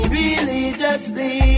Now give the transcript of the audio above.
religiously